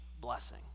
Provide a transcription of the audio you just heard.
blessing